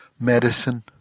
medicine